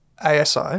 ASI